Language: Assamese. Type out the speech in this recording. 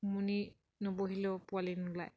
উমনি নবহিলেও পোৱালি নোলায়